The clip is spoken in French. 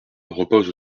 repose